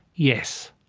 yes,